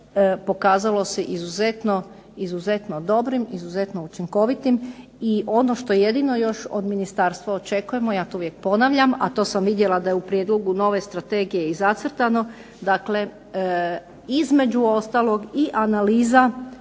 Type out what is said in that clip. pokazalo se izuzetno dobrim, izuzetno učinkovitim i ono što jedino od ministarstva očekujemo ja to uvijek ponavljam, a to sam vidjela da je u prijedlogu nove strategije zacrtano, između ostalog i analiza